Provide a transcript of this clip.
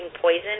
poison